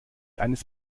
eines